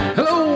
Hello